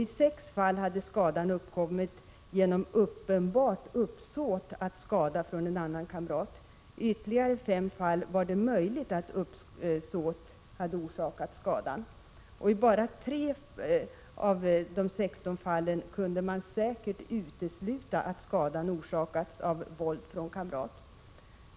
I 6 fall hade skadan uppkommit genom uppenbart uppsåt att skada — från kamrats sida—, i ytterligare 5 fall var det möjligt att uppsåt hade orsakat skadan. I bara 3 av de 16 fallen kunde man säkert utesluta att skadan orsakats av våld från kamrat.